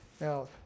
now